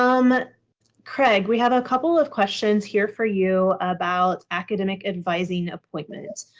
um ah craig, we have a couple of questions here for you about academic advising appointments.